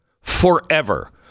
Forever